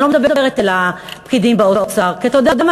אני לא מדברת אל הפקידים באוצר, כי אתה יודע מה?